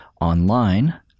online